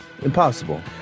impossible